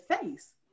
face